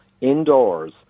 indoors